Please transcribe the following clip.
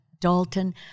Dalton